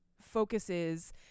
focuses